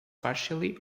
partly